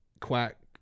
quack